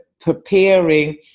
preparing